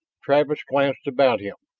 travis glanced about him.